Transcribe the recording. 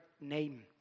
name